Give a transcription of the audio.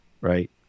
Right